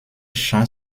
jean